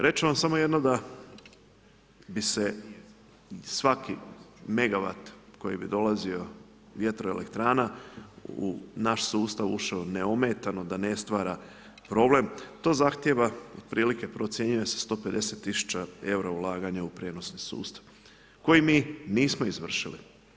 Reći ću vam samo jedno da bi se svaki megawat koji bi dolazio vjetroelektrana u naš sustav ušao neometano da ne stvara problem, to zahtijeva otprilike, procjenjuj se 150 000 eura ulaganja u prijenosni sustav, koji mi nismo izvršili.